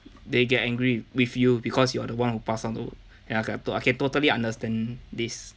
they get angry with you because you are the one who pass on to another guy I can totally understand this